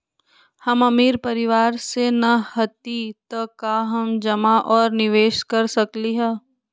हम अमीर परिवार से न हती त का हम जमा और निवेस कर सकली ह?